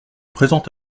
présent